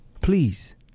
please